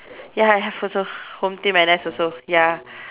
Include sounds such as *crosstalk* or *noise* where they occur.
ya I have also *breath* home team N_S also ya